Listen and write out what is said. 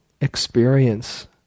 experience